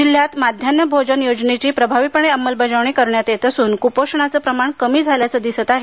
जिल्ह्यात माध्यान्ह भोजनाची योजना प्रभावीपणे राबविण्यात येत असून कुपोषणाचे प्रमाण कमी झाल्याचे दिसत आहे